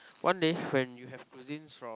one day when you have cuisines from